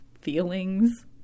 feelings